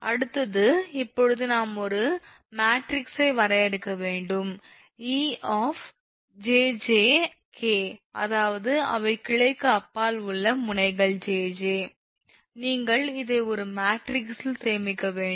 அடுத்தது இப்போது நாம் ஒரு மேட்ரிக்ஸை வரையறுக்க வேண்டும் 𝑒 𝑗𝑗 𝑘 அதாவது அவை கிளைக்கு அப்பால் உள்ள முனைகள் 𝑗𝑗 நீங்கள் இதை ஒரு மேட்ரிக்ஸில் சேமிக்க வேண்டும்